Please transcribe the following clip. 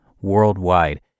worldwide